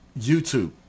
YouTube